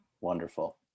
Wonderful